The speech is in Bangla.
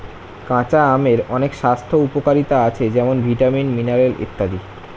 কাঁচা আমের অনেক স্বাস্থ্য উপকারিতা আছে যেমন ভিটামিন, মিনারেল ইত্যাদি